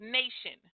nation